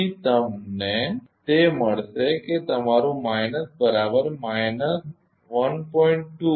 તેથી તમને તે મળશે કે તમારું માઇનસ બરાબર માઇનસ 1